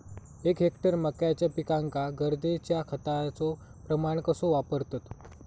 एक हेक्टर मक्याच्या पिकांका गरजेच्या खतांचो प्रमाण कसो वापरतत?